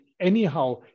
anyhow